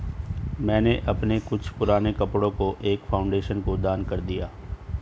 मैंने अपने कुछ पुराने कपड़ो को एक फाउंडेशन को दान कर दिया